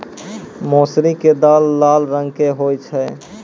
मौसरी के दाल लाल रंग के होय छै